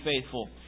faithful